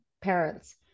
parents